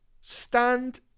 stand